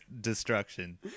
destruction